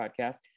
podcast